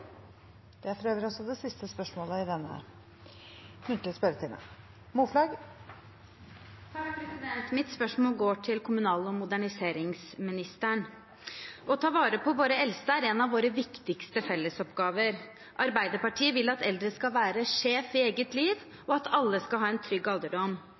for øvrig er siste spørsmål i denne muntlige spørretimen. Mitt spørsmål går til kommunal- og moderniseringsministeren. Å ta vare på våre eldste er en av våre viktigste fellesoppgaver. Arbeiderpartiet vil at eldre skal være sjef i eget liv, og at alle skal ha en trygg alderdom.